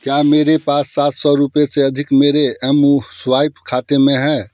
क्या मेरे पास सात सौ रुपए से अधिक मेरे एमुस्वाइप खाते में है